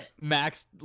Max